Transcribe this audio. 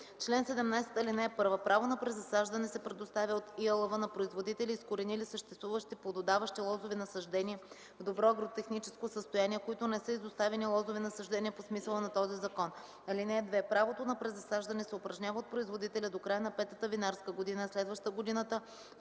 „Чл. 17. (1) Право на презасаждане се предоставя от ИАЛВ на производители, изкоренили съществуващи плододаващи лозови насаждения в добро агротехническо състояние, които не са изоставени лозови насаждения по смисъла на този закон. (2) Правото на презасаждане се упражнява от производителя до края на петата винарска година, следваща годината,